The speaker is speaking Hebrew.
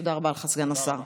תודה רבה לך, סגן השר.